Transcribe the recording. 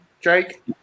jake